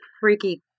freaky